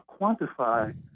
quantify